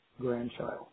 grandchild